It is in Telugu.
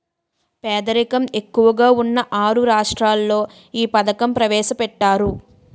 పేదరికం ఎక్కువగా ఉన్న ఆరు రాష్ట్రాల్లో ఈ పథకం ప్రవేశపెట్టారు